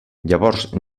llavors